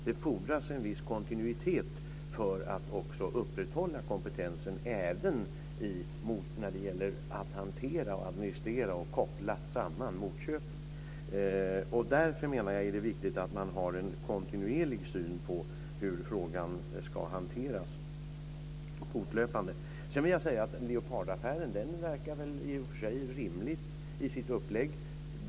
Det fordras en viss kontinuitet för att upprätthålla kompetensen även när det gäller att hantera, administrera och koppla samman motköpen. Därför, menar jag, är det viktigt att man har en kontinuerlig syn på hur frågan fortlöpande ska hanteras. Sedan vill jag säga att Leopardaffären i och för sig verkar rimlig i sitt upplägg.